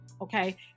okay